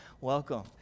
Welcome